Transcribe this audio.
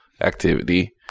activity